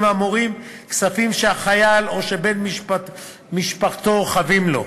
האמורים כספים שהחייל או בן משפחתו חבים לו.